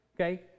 Okay